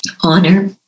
honor